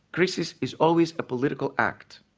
krisis is always a political act.